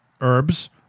herbs